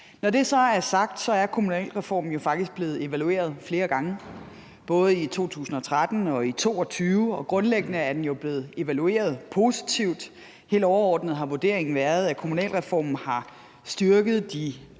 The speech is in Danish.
Når det så er sagt, er kommunalreformen jo faktisk blevet evalueret flere gange, både i 2013 og i 2022, og grundlæggende er den jo blevet evalueret positivt. Helt overordnet har vurderingen været, at kommunalreformen har styrket den